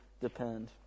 depend